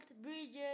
bridges